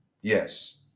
yes